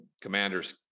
Commanders